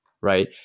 right